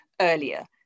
earlier